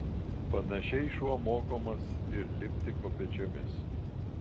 panašiai šuo mokomas ir lipti kopėčiomis